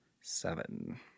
Seven